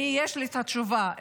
לי תשובה.